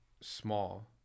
small